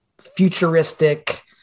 futuristic